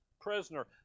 prisoner